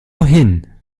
hin